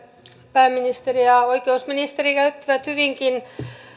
pääministeri ja oikeusministeri käyttivät hyvinkin